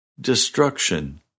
destruction